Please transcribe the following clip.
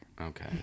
Okay